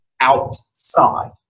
outside